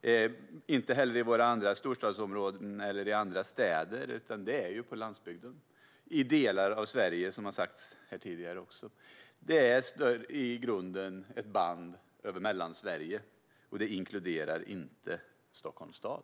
Det är den inte heller i våra andra storstadsområden eller i andra städer, utan det är på landsbygden i delar av Sverige som den är ett problem, vilket har sagts tidigare i debatten. Det rör sig i grunden om ett band över Mellansverige, och detta inkluderar inte Stockholms stad.